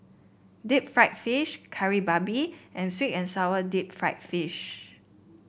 Deep Fried Fish Kari Babi and sweet and sour Deep Fried Fish